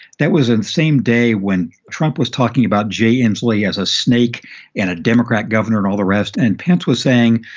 that was in the same day when trump was talking about jay inslee as a snake and a democrat governor and all the rest. and pence was saying,